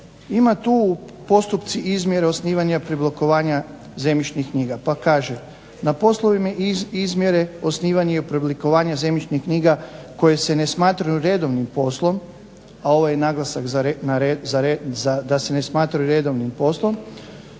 ima tu postupci izmjere i osnivanja i preoblikovanja zemljišnih knjiga. Pa kaže na poslovima izmjere, osnivanja i preoblikovanja zemljišnih knjiga koje se ne smatraju redovnim poslom, a ovo je naglasak da se ne smatraju redovnim poslom,